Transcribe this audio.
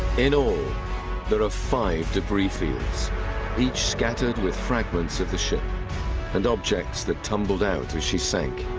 in all there are five debris fields each scattered with fragments of the ship and objects that tumbled out as she sank.